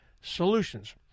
Solutions